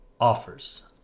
offers